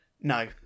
No